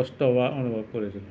কষ্ট হোৱাৰ অনুভৱ কৰিছিলোঁ